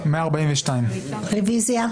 האמיץ של יציאה אל הזירה הציבורית.